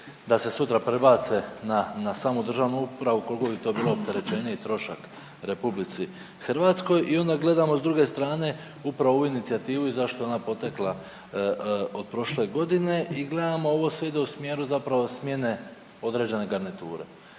da se sve prebace na samu državnu upravu koliko bi to bilo opterećenje i trošak RH i onda gledamo s druge strane upravo ovu inicijativu i zašto je ona potekla od prošle godine i gledamo ovo sve ide u smjeru zapravo smjene određene garniture.